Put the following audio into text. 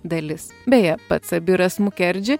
dalis beje pats abiras mukerdži